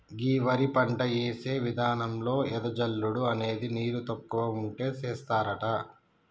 గీ వరి పంట యేసే విధానంలో ఎద జల్లుడు అనేది నీరు తక్కువ ఉంటే సేస్తారట